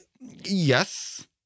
Yes